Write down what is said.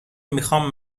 میخوام